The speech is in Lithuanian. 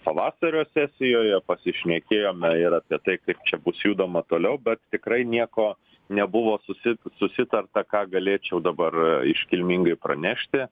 pavasario sesijoje pasišnekėjome ir apie tai kaip čia bus judama toliau bet tikrai nieko nebuvo susi susitarta ką galėčiau dabar iškilmingai pranešti